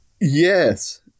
Yes